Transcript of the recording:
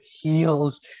Heels